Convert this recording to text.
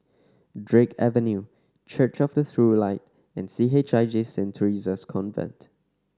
Drake Avenue Church of the True Light and C H I J Saint Theresa's Convent